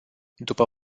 după